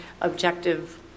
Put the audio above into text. objective